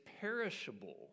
perishable